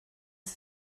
sie